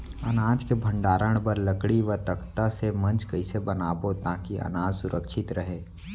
अनाज के भण्डारण बर लकड़ी व तख्ता से मंच कैसे बनाबो ताकि अनाज सुरक्षित रहे?